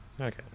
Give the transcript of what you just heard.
Okay